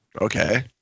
Okay